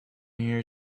here